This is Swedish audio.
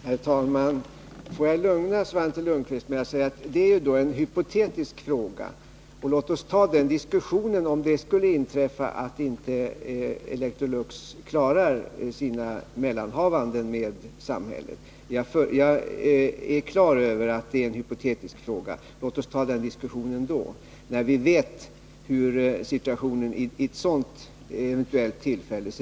Herr talman! Jag vill lugna Svante Lundkvist med att säga att detta är en hypotetisk fråga. Låt oss ta upp den här diskussionen först om det skulle inträffa att Electrolux inte klarar sina mellanhavanden med samhället. Först då vet vi ju hur situationen ser ut vid ett sådant eventuellt tillfälle.